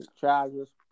charges